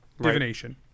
divination